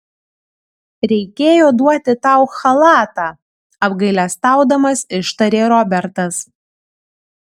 reikėjo duoti tau chalatą apgailestaudamas ištarė robertas